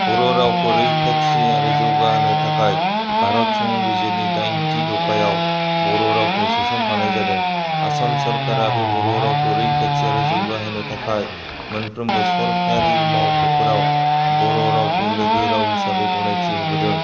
बर' रावखौ रैखाथि आरो जौगाहोनो थाखाय भारत संबिजिरनि दाइथि दफायाव बर' रावखौ सोसनफानाय जादों आसाम सरकाराबो बर' रावखौ रैखाथि आरो जौगाहोनो थाखाय मोनफ्रोमबो सरकारि मावख'फोराव बर' रावखौ लोगो राव महरै गनायथि होबोदों